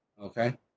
okay